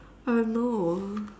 oh no